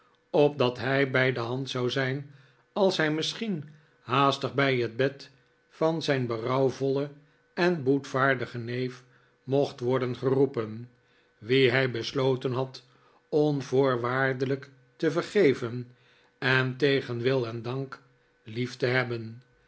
opdat hij bij de hand zou zijn als hij misschien haastig bij het bed van zijn berouwvollen en boetvaardigen neef mocht worden geroepen wien hij besloten had onvoorwaardelijk te vergeven en tegen wil en dank lief te hebben